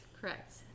correct